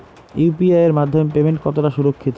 UPI এর মাধ্যমে payment কতটা সুরক্ষিত?